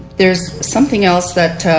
there is something else that